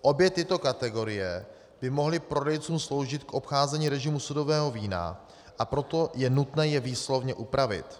Obě tyto kategorie by mohly prodejcům sloužit k obcházení režimu sudového vína, a proto je nutné je výslovně upravit.